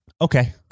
Okay